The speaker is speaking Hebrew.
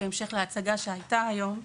בהמשך למה שעלה היום,